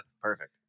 Perfect